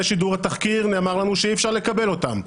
שידור התחקיר נאמר לנו שאי-אפשר לקבל אותם.